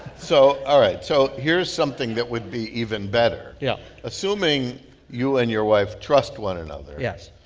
so all right, so here's something that would be even better yeah assuming you and your wife trust one another. yes.